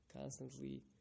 constantly